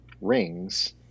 rings